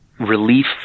relief